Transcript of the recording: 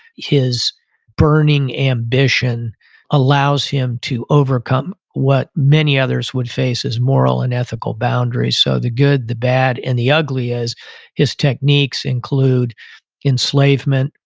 his burning ambition allows him to overcome what many others would face as moral and ethical boundaries. so, the good, the bad, and the ugly is his techniques include enslavement,